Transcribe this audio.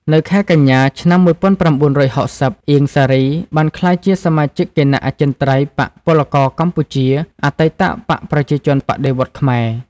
នៅខែកញ្ញា ឆ្នាំ១៩៦០ អៀង សារី បានក្លាយជាសមាជិកគណៈអចិន្ត្រៃយ៍បក្សពលករកម្ពុជា អតីតបក្សប្រជាជនបដិវត្តន៍ខ្មែរ។